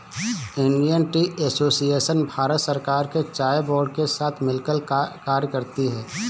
Indian tea association Bharat सरकार के चाय बोर्ड के साथ मिलकर कार्य करती है